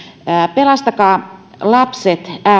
pelastakaa lapset